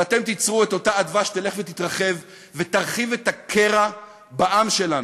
ואתם תיצרו את אותה אדווה שתלך ותתרחב ותרחיב את הקרע בעם שלנו.